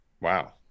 Wow